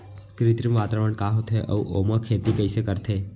कृत्रिम वातावरण का होथे, अऊ ओमा खेती कइसे करथे?